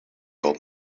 old